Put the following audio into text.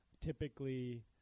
typically –